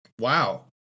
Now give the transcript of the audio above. Wow